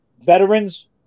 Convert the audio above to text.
veterans